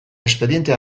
espediente